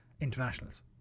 internationals